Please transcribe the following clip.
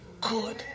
good